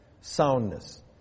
soundness